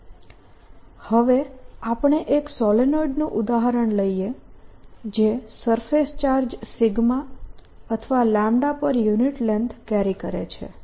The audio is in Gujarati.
S10EB Momentumvolume0 Angular moemntumvolume0 r × હવે આપણે એક સોલેનોઇડ નું ઉદાહરણ લઈએ જે સરફેસ ચાર્જ અથવા પર યુનિટ લેન્ગ્થ કેરી કરે છે